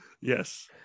yes